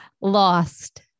lost